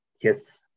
Yes